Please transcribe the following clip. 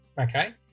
okay